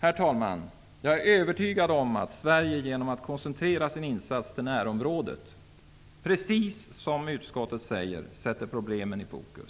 Herr talman! Jag är övertygad om att Sverige genom att koncentrera sin insats till närområdet -- precis som utskottet säger -- sätter problemen i fokus.